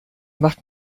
macht